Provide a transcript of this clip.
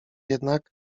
jednak